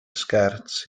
sgert